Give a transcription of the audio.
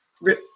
Rip